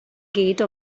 gate